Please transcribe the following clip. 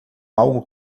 algo